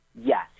Yes